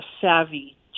savvy